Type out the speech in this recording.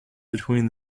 between